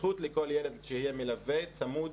זכות לכל ילד שיהיה מלווה צמוד,